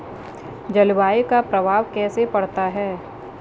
जलवायु का प्रभाव कैसे पड़ता है?